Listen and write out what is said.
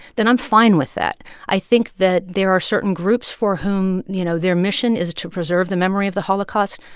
then i'm fine with that i think that there are certain groups for whom, you know, their mission is to preserve the memory of the holocaust,